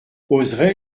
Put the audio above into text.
oserai